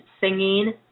singing